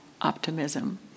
optimism